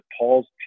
Paul's